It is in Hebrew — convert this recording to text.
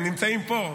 הם נמצאים פה,